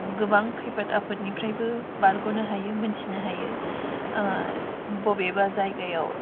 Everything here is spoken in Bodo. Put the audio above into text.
गोबां खैफोद आफोदनिफ्रायबो बारग'नो हायो मोनथिनो हायो बबेबा जायगायाव